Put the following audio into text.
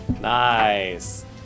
Nice